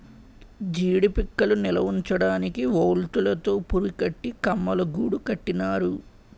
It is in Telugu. జీడీ పిక్కలు నిలవుంచడానికి వౌల్తులు తో పురికట్టి కమ్మలగూడు కట్టినారు